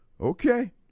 okay